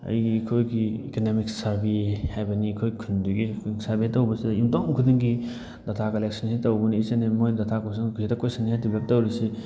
ꯑꯩꯒꯤ ꯑꯩꯈꯣꯏꯒꯤ economic survey ꯍꯥꯏꯕꯅꯤ ꯑꯩꯈꯣꯏ ꯈꯨꯟꯗꯨꯒꯤ ꯁꯔꯕꯦ ꯇꯧꯕꯁꯤꯗ ꯌꯨꯝꯊꯣꯡ ꯈꯨꯗꯤꯡꯒꯤ ꯗꯥꯇꯥ ꯀꯂꯦꯛꯁꯟꯁꯤ ꯇꯧꯕꯅꯤ ꯏꯆ ꯑꯦꯟ ꯑꯦꯕ꯭ꯔꯤ ꯃꯣꯏ ꯗꯥꯇꯥ ꯀꯜꯂꯦꯛꯁꯟ ꯍꯦꯛꯇ ꯀꯣꯏꯁꯟꯅꯤꯌꯔ ꯗꯤꯕꯂꯕ ꯇꯧꯔꯤꯁꯤ